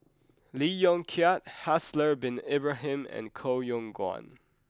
Lee Yong Kiat Haslir Bin Ibrahim and Koh Yong Guan